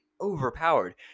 overpowered